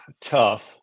tough